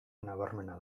nabarmena